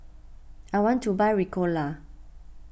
I want to buy Ricola